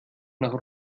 nach